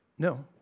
No